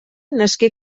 nasqué